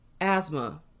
asthma